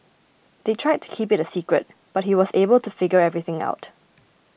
they tried to keep it a secret but he was able to figure everything out